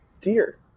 dear